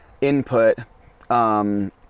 input